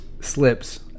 slips